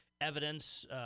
evidence